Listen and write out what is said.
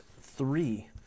three